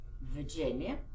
Virginia